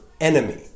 enemy